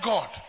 God